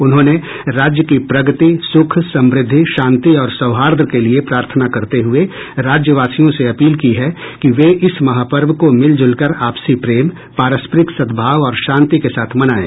उन्होंने राज्य की प्रगति सुख समृद्धि शांति और सौहार्द्र के लिये प्रार्थना करते हुए राज्यवासियों से अपील की है कि वे इस महापर्व को मिल जुलकर आपसी प्रेम पारस्परिक सद्भाव और शांति के साथ मनायें